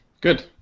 Good